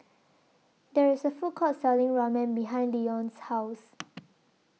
There IS A Food Court Selling Ramen behind Leon's House